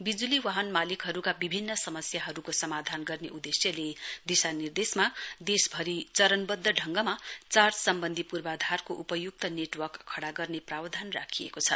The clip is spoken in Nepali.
विजुली वाहन मालिकहरुका विभिन्न समस्याहरुको समाधान गर्ने उदेश्यले दिशानिर्देशमा देशभरि चरणवध्द ढ़गमा चार्ज सम्वन्धी पूर्वाधारको उपय्क्त नेटवर्क खड़ा गर्ने प्रावधान राखिएको छ